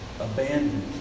abandoned